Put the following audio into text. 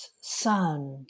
sound